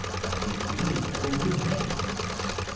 but the evil remains.